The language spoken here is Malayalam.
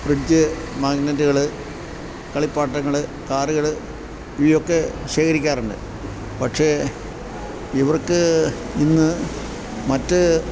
മാഗ്നെറ്റുകള് കളിപ്പാട്ടങ്ങള് കാറുകള് ഇവയൊക്കെ ശേഖരിക്കാറുണ്ട് പക്ഷേ ഇവർക്ക് ഇന്നു മറ്റ്